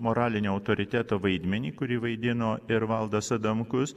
moralinio autoriteto vaidmenį kurį vaidino ir valdas adamkus